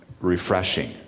refreshing